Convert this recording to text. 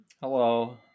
Hello